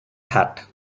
hat